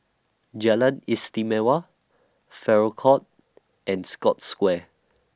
Jalan Istimewa Farrer Court and Scotts Square